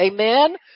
amen